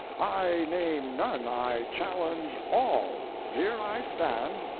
i name none, i challenge all! here i stand,